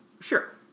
Sure